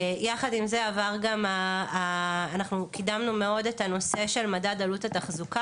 יחד עם זה אנחנו קידמנו מאוד את הנושא של מדד עלות התחזוקה,